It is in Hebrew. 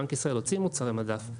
בנק ישראל הוציא מוצרי מדף,